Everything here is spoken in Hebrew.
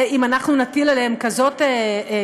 אם נטיל עליהן כזאת מגבלה,